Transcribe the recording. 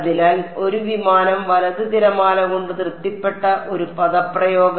അതിനാൽ ഒരു വിമാനം വലത് തിരമാല കൊണ്ട് തൃപ്തിപ്പെട്ട ഒരു പദപ്രയോഗം